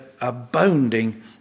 abounding